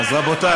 רבותי,